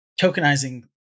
tokenizing